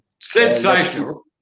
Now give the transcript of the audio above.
sensational